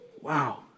Wow